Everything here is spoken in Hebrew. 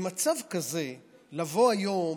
במצב כזה לבוא היום